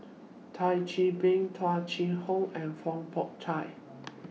Thio Chan Bee Tung Chye Hong and Fong Pho Chai